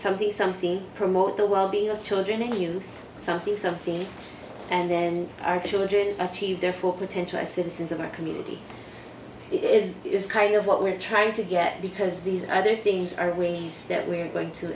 these something promote the well being of children and youth something something and then our children achieve their full potential as citizens of our community is is kind of what we're trying to get because these other things are ways that we are going to